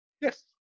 Yes